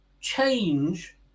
change